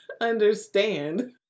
understand